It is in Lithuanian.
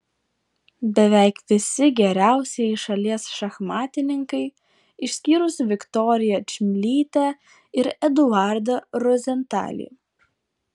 beveik visi geriausieji šalies šachmatininkai išskyrus viktoriją čmilytę ir eduardą rozentalį